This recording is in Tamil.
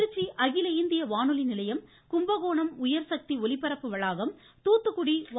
திருச்சி அகில இந்திய வானொலி நிலையம் கும்பகோணம் உயர்சக்தி ஒலிபரப்பு வளாகம் தூத்துக்குடி வ